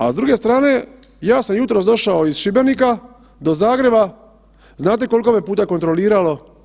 A s druge strane, ja sam jutros došao iz Šibenika do Zagreba, znate koliko me puta kontroliralo?